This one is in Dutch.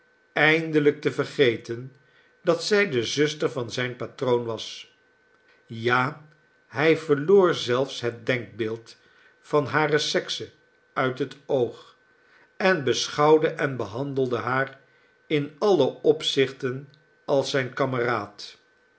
eindelijk te vergeten dat zij de zuster van zijn patroon was ja hij verloor zelfs het denkbeeld van hare sekse uit het oog en beschouwde en behandelde haar in alle opzichten als zijn kameraad